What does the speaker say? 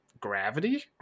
gravity